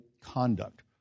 conduct